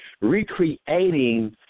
Recreating